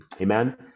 Amen